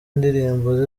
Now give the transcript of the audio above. indirimbo